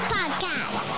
Podcast